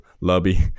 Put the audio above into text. lobby